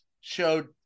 showed